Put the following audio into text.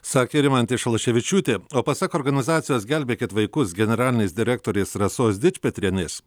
sakė rimantė šalaševičiūtė o pasak organizacijos gelbėkit vaikus generalinės direktorės rasos dičpetrienės